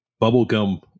bubblegum